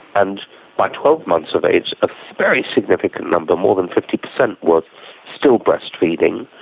and by twelve months of age a very significant number, more than fifty percent were still breastfeeding.